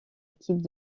équipe